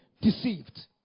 deceived